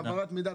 --- בהעברת מידע,